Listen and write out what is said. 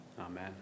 amen